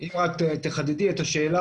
אם תוכלי לחדד שוב את השאלה.